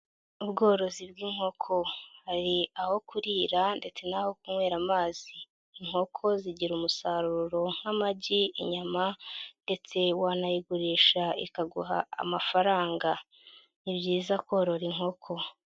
Ubworozi bw'inkoko, hari aho kurira ndetse n'aho kunywera amazi. Inkoko zigira umusaruro nk'amagi, inyama ndetse wanayigurisha ikaguha amafaranga. Ni byiza korora inkoko.